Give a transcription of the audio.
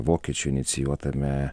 vokiečių inicijuotame